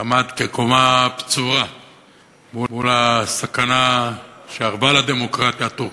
שעמד כחומה בצורה מול הסכנה שארבה לדמוקרטיה הטורקית,